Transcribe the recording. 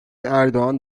erdoğan